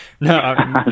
no